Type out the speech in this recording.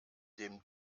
dem